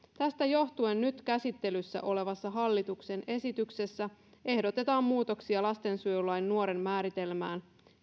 tästä johtuen nyt käsittelyssä olevassa hallituksen esityksessä ehdotetaan muutoksia lastensuojelulain nuoren määritelmään